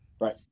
Right